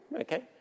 okay